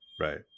Right